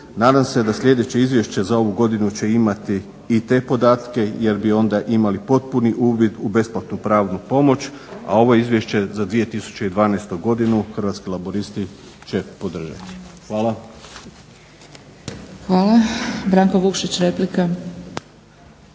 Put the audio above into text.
Nadam se da sljedeće izvješće za ovu godinu će imati i te podatke jer bi onda imali potpuni uvid u besplatnu pravnu pomoć, a ovo izvješće za 2012.godinu Hrvatski laburisti će podržati. Hvala. **Zgrebec, Dragica